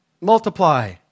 Multiply